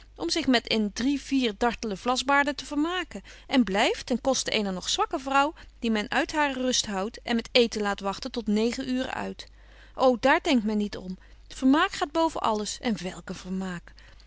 om zich met een drie vier dartele vlasbaarden te vermaken en blyft ten koste eener nog zwakke vrouw die men uit hare rust houdt en met eeten laat wagten tot negen uuren uit o daar denkt men niet om vermaak gaat boven alles en welk een